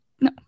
no